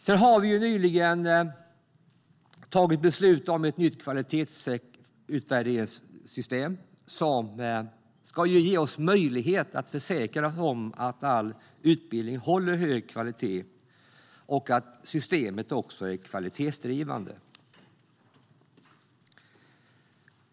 Vi har nyligen tagit beslut om ett nytt kvalitetsutvärderingssystem som ska ge oss möjlighet att försäkra oss om att all utbildning håller hög kvalitet och att systemet också är kvalitetsdrivande.